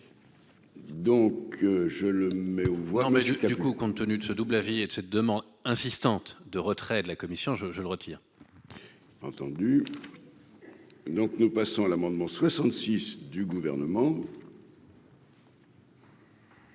Donc je le mets au revoir monsieur. Du coup, compte tenu de ce double avis et cette demande insistante de retrait de la commission, je je le retire. Entendu donc nous passons à l'amendement 66 du gouvernement.